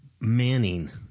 Manning